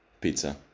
Pizza